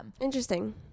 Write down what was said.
Interesting